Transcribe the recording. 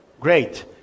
Great